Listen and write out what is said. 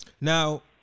Now